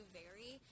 vary